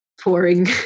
pouring